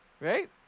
right